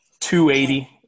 280